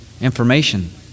information